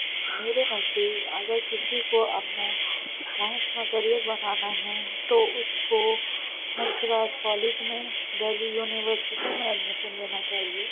میرے نزدیک اگر کسی کو اپنا خاص کیریئر بنانا ہے تو اس کو ہنس راج کالج میں دہلی یونیورسٹی میں ایڈمیشن لینا چاہیے